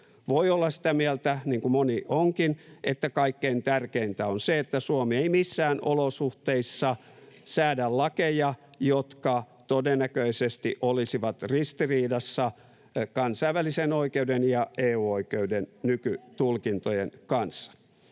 Voi olla sitä mieltä, niin kuin moni onkin, että kaikkein tärkeintä on se, että Suomi ei missään olosuhteissa säädä lakeja, jotka todennäköisesti olisivat ristiriidassa kansainvälisen oikeuden ja EU-oikeuden nykytulkintojen kanssa.